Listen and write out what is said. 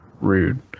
rude